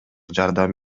жардам